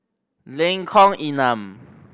Lengkong Enam